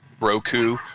Roku